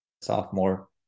sophomore